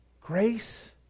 Grace